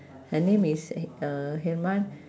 her name is uh heman